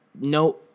no